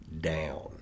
down